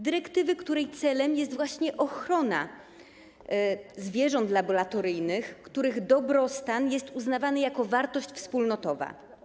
Dyrektywy, której celem jest ochrona zwierząt laboratoryjnych, których dobrostan jest uznawany za wartość wspólnotową.